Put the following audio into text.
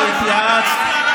שהתייעצת,